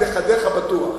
עם נכדיך, בטוח.